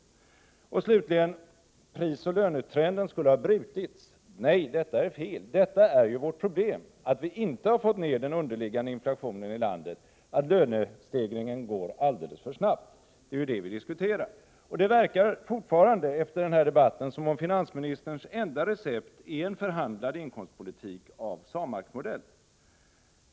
Slutligen: Prisoch lönetrenden skulle ha brutits, enligt finansministern. Nej, det är fel. Det är ju vårt problem att vi inte har fått ned den underliggande inflationen i landet och att lönestegringen går alldeles för snabbt. Det är ju detta som vi diskuterar. Det verkar efter denna debatt som om finansministerns enda recept fortfarande är en förhandlad inkomstpolitik av SAMAK-modell.